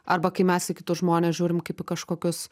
arba kai mes į kitus žmones žiūrim kaip į kažkokius